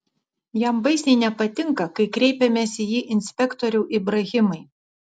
jam baisiai nepatinka kai kreipiamės į jį inspektoriau ibrahimai